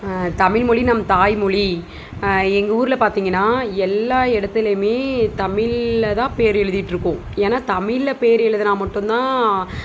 தமிழ் மொழி நம் தாய் மொழி எங்கள் ஊரில் பார்த்திங்கன்னா எல்லா இடத்துலையுமே தமிழில் தான் பெரு எழுதிட்டு இருக்கோம் ஏன்னால் தமிழில் பேரு எழுதுனால் மட்டுந்தான்